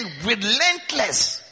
relentless